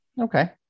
Okay